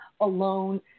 alone